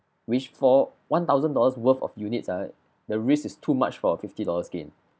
which for one thousand dollars worth of units ah the risk is too much for a fifty dollars gain